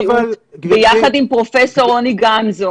אבל את מתירה את הפעילות הזו.